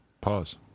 pause